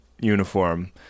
uniform